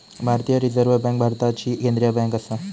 भारतीय reserve bank भारताची केंद्रीय बँक आसा